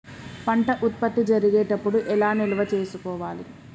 పంట ఉత్పత్తి జరిగేటప్పుడు ఎలా నిల్వ చేసుకోవాలి?